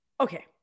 Okay